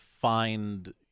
find